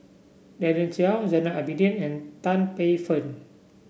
Daren Shiau Zainal Abidin and Tan Paey Fern